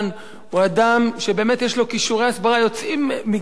הוא אדם שבאמת יש לו כישורי הסברה יוצאים מגדר הרגיל.